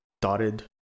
dotted